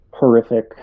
horrific